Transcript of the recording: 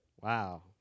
Wow